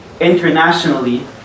internationally